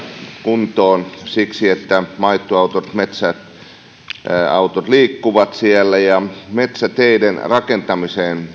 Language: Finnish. kuntoon siksi että maitoautot metsäautot liikkuvat siellä metsäteiden rakentamisesta